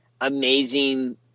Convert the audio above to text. amazing